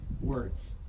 words